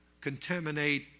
contaminate